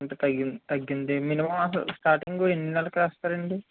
అంటే తగ్గిం తగ్గిందేమి మినిమం అసలు స్టార్టింగు ఎన్ని నెలలకు రాస్తారండి